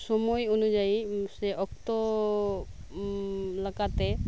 ᱥᱳᱢᱳᱭ ᱚᱱᱩᱡᱟᱭᱤ ᱥᱮ ᱚᱠᱛᱚ ᱞᱮᱠᱟᱛᱮ